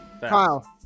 Kyle